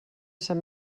sant